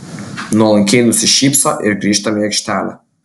nuolankiai nusišypso ir grįžtam į aikštelę